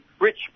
rich